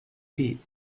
feet